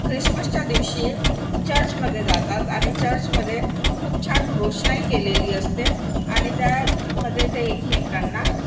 ख्रिसमसच्या दिवशी चर्चमध्ये जातात आणि चर्चमध्ये खूप छान रोशनाई केलेली असते आणि त्यामध्ये ते एकमेकांना